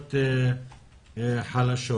אוכלוסיות חלשות.